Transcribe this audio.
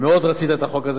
מאוד רצית את החוק הזה.